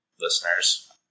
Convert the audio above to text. listeners